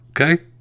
okay